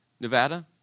Nevada